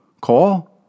Call